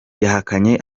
yahakanye